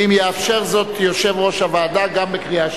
ואם יאפשר זאת יושב-ראש הוועדה, גם בקריאה שלישית.